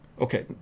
okay